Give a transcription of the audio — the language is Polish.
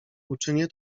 uczynię